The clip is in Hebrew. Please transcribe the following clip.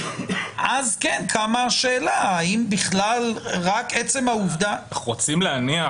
אז כן קמה השאלה האם עצם העובדה --- אנחנו רוצים להניח